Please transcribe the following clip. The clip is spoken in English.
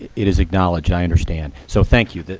it is acknowledged, i understand. so thank you,